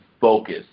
focus